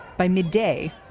by midday,